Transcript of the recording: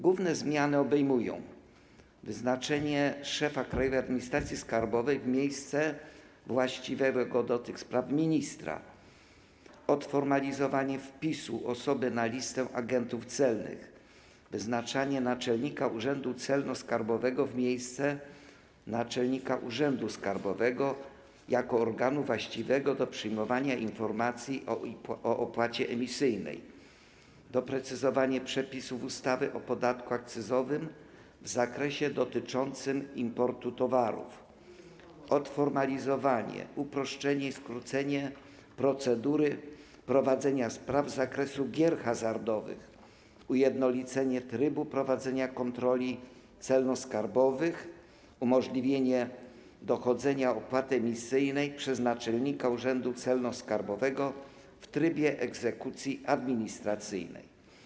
Główne zmiany obejmują: wyznaczenie szefa Krajowej Administracji Skarbowej w miejsce właściwego do tych spraw ministra, odformalizowanie wpisu osoby na listę agentów celnych, wyznaczenie naczelnika urzędu celno-skarbowego w miejsce naczelnika urzędu skarbowego jako organu właściwego do przyjmowania informacji o opłacie emisyjnej, doprecyzowanie przepisów ustawy o podatku akcyzowym w zakresie dotyczącym importu towarów, odformalizowanie, uproszczenie i skrócenie procedury prowadzenia spraw z zakresu gier hazardowych, ujednolicenie trybu prowadzenia kontroli celno-skarbowych, umożliwienie dochodzenia opłaty emisyjnej przez naczelnika urzędu celno-skarbowego w trybie egzekucji administracyjnej.